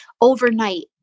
overnight